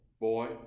boy